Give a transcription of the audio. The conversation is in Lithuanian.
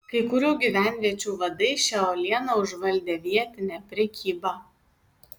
kai kurių gyvenviečių vadai šia uoliena užvaldė vietinę prekybą